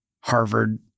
Harvard